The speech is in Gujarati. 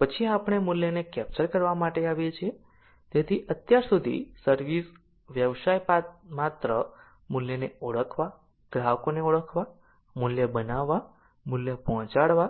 પછી આપણે મૂલ્યને કેપ્ચર કરવા માટે આવીએ છીએ તેથી અત્યાર સુધી સર્વિસ વ્યવસાય માત્ર મૂલ્યને ઓળખવા ગ્રાહકોને ઓળખવા મૂલ્ય બનાવવા મૂલ્ય પહોંચાડવા